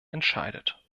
entscheidet